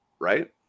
Right